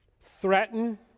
threaten